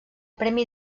premi